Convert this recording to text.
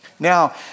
Now